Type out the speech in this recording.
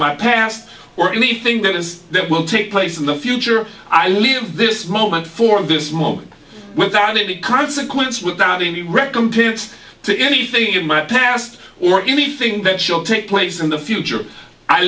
my past or anything that is that will take place in the future i live in this moment for this moment without any consequence without any recompense to anything in my past or anything that shall take place in the future i